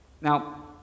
Now